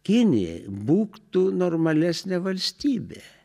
kinija būk tu normalesnė valstybė